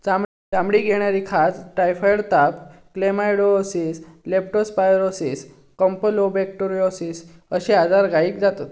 चामडीक येणारी खाज, टायफॉइड ताप, क्लेमायडीओसिस, लेप्टो स्पायरोसिस, कॅम्पलोबेक्टोरोसिस अश्ये आजार गायीक जातत